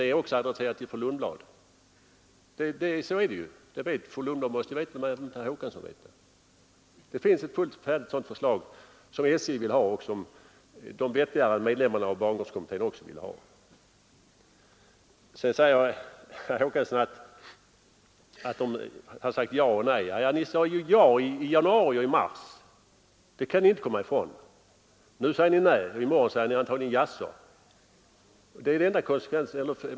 Det vill jag säga också till fru Lundblad, för fru Lundblad måste veta, även om inte herr Håkansson vet det, att det finns ett fullt färdigt förslag, som SJ vill ha och som de vettigare medlemmarna av bangårdskommittén också ville ha. På tal om att säga ja och nej: Herr Håkansson, ni sade ju ja i januari och mars. det kan ni inte komma ifrån. Nu säger ni nej, och i morgon säger ni antagligen jaså.